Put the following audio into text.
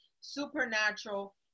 supernatural